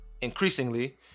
increasingly